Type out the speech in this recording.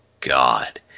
God